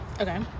Okay